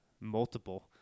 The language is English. multiple